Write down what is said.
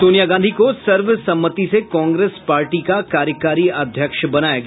सोनिया गांधी को सर्वसम्मति से कांग्रेस पार्टी का कार्यकारी अध्यक्ष बनाया गया